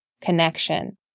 connection